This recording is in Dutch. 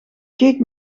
keek